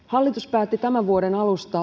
päätti tämän vuoden alusta aloittaa